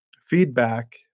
feedback